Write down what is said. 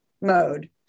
mode